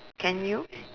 can you